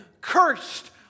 cursed